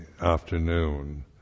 afternoon